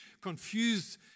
confused